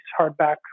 hardback